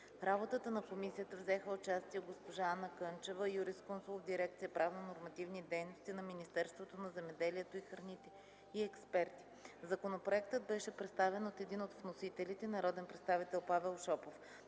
работата на комисията взеха участие госпожа Ана Кънчева – юрисконсулт в дирекция „Правно-нормативни дейности” на Министерството на земеделието и храните, и експерти. Законопроектът беше представен от един от вносителите – народният представител Павел Шопов.